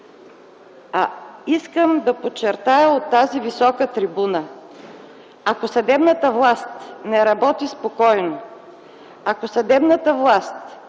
Искам да подчертая от тази висока трибуна: ако съдебната власт не работи спокойно, ако съдебната власт с разни такива